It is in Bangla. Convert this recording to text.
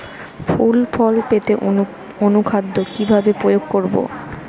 ফুল ফল পেতে অনুখাদ্য কিভাবে প্রয়োগ করব?